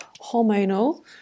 hormonal